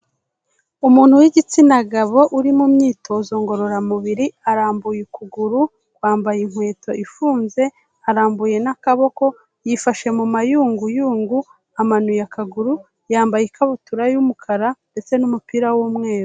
Umuntu w'igitsina gabo uri mu myitozo ngororamubiri, arambuye ukuguru kwambaye inkweto ifunze, arambuye n'akaboko yifashe mu mayunguyungu amanuye akaguru, yambaye ikabutura y'umukara ndetse n'umupira w'umweru.